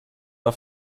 war